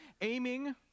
aiming